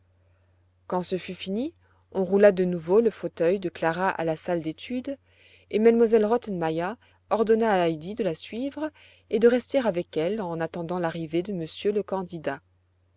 quand ce fut fini on roula de nouveau le fauteuil de clara à la salle d'études et m elle rottenmeier ordonna à heidi de la suivre et de rester avec elle en attendant l'arrivée de monsieur le candidat